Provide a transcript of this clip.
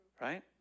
Right